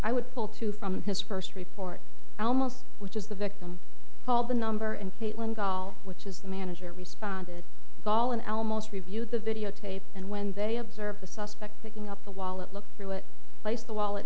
pull two from his first report almost which is the victim call the number and pay one goal which is the manager responded call an l most reviewed the videotape and when they observe the suspect picking up the wallet look through it place the wallet